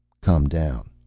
come down.